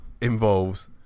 involves